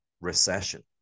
recession